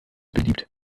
beliebt